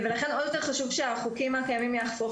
לכן, עוד יותר חשוב שהחוקים הקיימים ייאכפו.